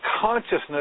consciousness